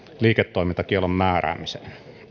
liiketoimintakiellon